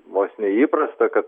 vos neįprasta kad